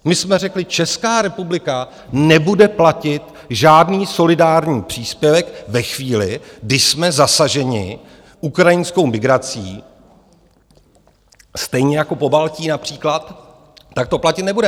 My jsme řekli, Česká republika nebude platit žádný solidární příspěvek ve chvíli, kdy jsme zasaženi ukrajinskou migrací, stejně jako Pobaltí například, tak to platit nebudeme.